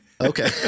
Okay